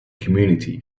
community